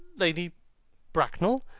lady bracknell,